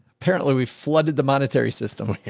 apparently we flooded the monetary system.